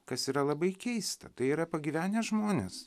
kas yra labai keista tai yra pagyvenę žmonės